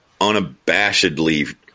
unabashedly